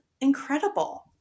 incredible